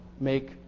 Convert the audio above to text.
make